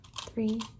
three